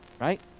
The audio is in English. right